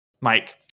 Mike